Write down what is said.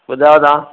ॿुधायो तव्हां